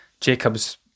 Jacob's